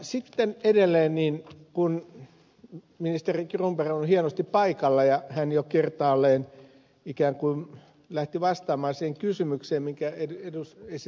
sitten edelleen ministeri cronberg on hienosti paikalla ja hän jo kertaalleen ikään kuin lähti vastaamaan siihen kysymykseen jonka esitin silloin siitä onko keskusteltu ed